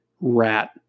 rat